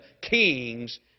king's